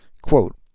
Quote